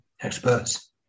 experts